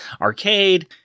Arcade